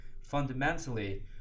fundamentally